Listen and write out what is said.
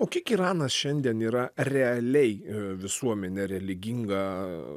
o kiek iranas šiandien yra realiai ir visuomenė religinga